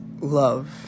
love